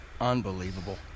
Unbelievable